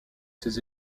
ses